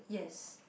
yes